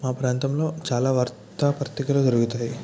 మా ప్రాంతంలో చాలా వార్తాపత్రికలు దోరుగుతాయి